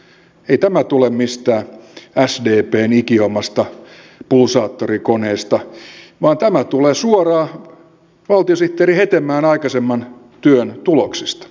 ei tämä tule mistään sdpn ikiomasta pulsaattorikoneesta vaan tämä tulee suoraan valtiosihteeri hetemäen aikaisemman työn tuloksista